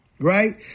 Right